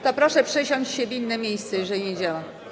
To proszę przesiąść się w inne miejsce, jeżeli nie działa.